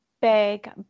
big